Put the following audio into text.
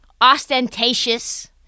ostentatious